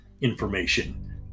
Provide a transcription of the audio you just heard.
information